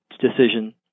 decision